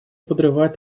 подрывает